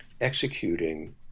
executing